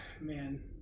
Man